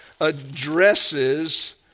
addresses